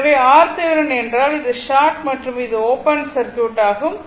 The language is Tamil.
எனவே RThevenin என்றால் இது ஷார்ட் மற்றும் இது ஓப்பன் சர்க்யூட் ஆகும்